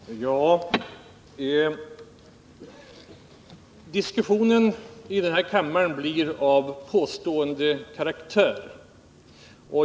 Herr talman! Diskussionen i den här kammaren blir av påståendekaraktär.